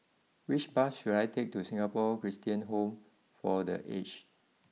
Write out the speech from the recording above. which bus should I take to Singapore Christian Home for the Aged